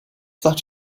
that